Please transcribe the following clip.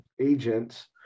agents